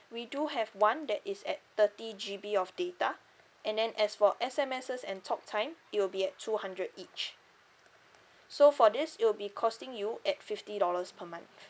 we do have one that is at thirty G_B of data and then as for S_M_Ss and talk time it'll be at two hundred each so for this it'll be costing you at fifty dollars per month